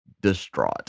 distraught